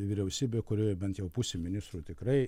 vyriausybę kurioje bent jau pusė ministrų tikrai